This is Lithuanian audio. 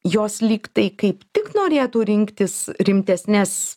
jos lygtai kaip tik norėtų rinktis rimtesnes